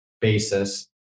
basis